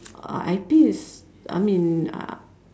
uh I_P it's I mean uh